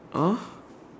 ah